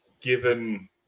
given